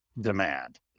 demand